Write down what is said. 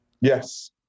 Yes